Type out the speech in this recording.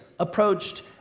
...approached